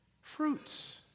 fruits